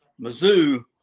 Mizzou